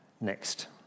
next